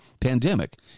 pandemic